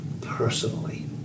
personally